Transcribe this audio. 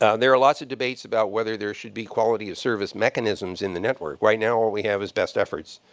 ah there are lots of debates about whether there should be quality of service mechanisms in the network. right now all we have is best efforts.